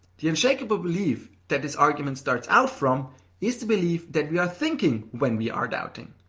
the unshakable belief that this argument starts out from is the belief that we are thinking when we are doubting,